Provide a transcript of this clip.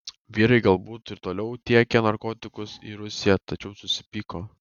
vyrai gal būtų ir toliau tiekę narkotikus į rusiją tačiau susipyko